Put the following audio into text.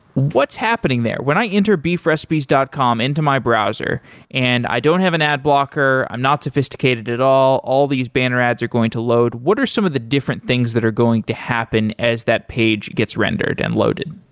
what's happening there? when i enter beefrecipes dot com into my browser and i don't have an ad blocker, i'm not sophisticated at all, all these banner ads are going to load. what are some of the different things that are going to happen as that page gets rendered and loaded?